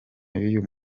y’uyu